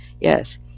Yes